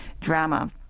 drama